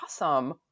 awesome